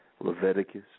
leviticus